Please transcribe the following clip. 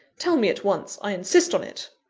tell me at once i insist on it!